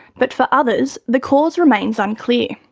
but for others, the cause remains unclear.